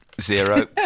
zero